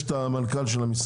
יש את המנכ"ל של המשרד,